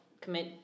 commit